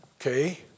Okay